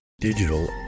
digital